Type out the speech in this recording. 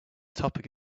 topic